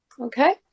Okay